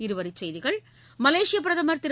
இருவரிச் செய்திகள் மலேசியப் பிரதமர் திரு